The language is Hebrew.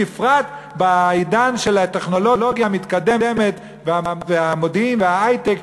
בפרט בעידן של הטכנולוגיה המתקדמת והמודיעין וההיי-טק,